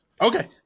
Okay